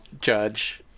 judge